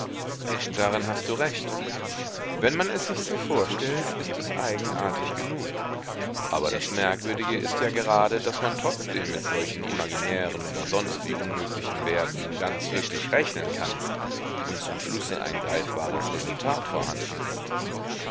darin hast du recht wenn man es sich so vorstellt ist es eigenartig genug aber das merkwürdige ist ja gerade daß man trotzdem mit solchen imaginären oder sonstwie unmöglichen werten ganz wirklich rechnen kann und zum schlusse ein greifbares resultat vorhanden ist